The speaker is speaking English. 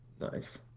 Nice